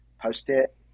Post-it